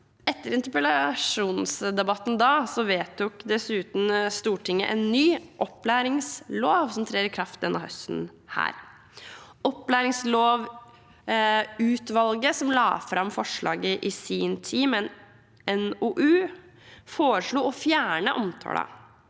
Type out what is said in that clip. etter interpellasjonsdebatten da, vedtok dessuten Stortinget en ny opplæringslov, som trer i kraft denne høsten. Opplæringslovutvalget, som la fram forslaget i sin tid, en NOU, foreslo å fjerne omtalen,